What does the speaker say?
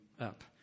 up